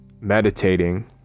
meditating